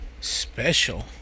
special